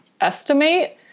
estimate